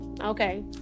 Okay